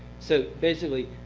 so basically,